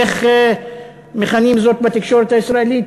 איך מכנים זאת בתקשורת הישראלית,